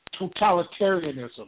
totalitarianism